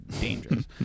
dangerous